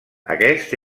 aquest